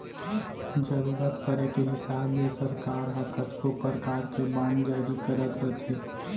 जरूरत परे के हिसाब ले सरकार ह कतको परकार के बांड जारी करत रथे